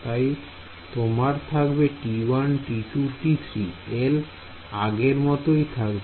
তাই তোমার থাকবে T1 T2 T3 L আগের মতই থাকবে